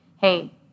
hey—